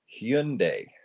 Hyundai